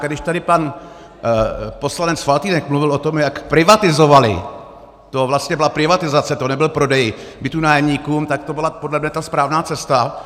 A když tady pan poslanec Faltýnek mluvil o tom, jak privatizovali, to vlastně byla privatizace, to nebyl prodej bytů nájemníkům, tak to byla podle mě ta správná cesta.